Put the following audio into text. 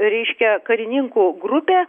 reiškia karininkų grupė